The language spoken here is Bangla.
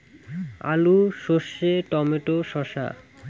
আলু সর্ষে টমেটো শসা